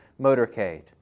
motorcade